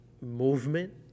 movement